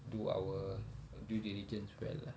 do our due diligence well lah